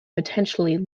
potentially